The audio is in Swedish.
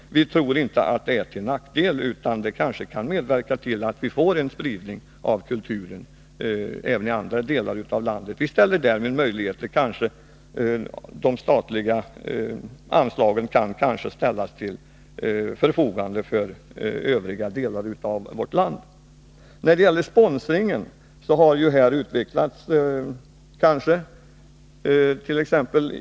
Vi tror inte att det är till nackdel, utan det kanske kan medverka till att vi får en spridning av kulturen även i andra delar av landet. De statliga anslagen kanske kan ställas till förfogande för övriga delar av vårt land. När det gäller sponsringen hart.ex.